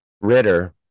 Ritter